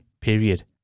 period